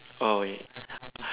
okay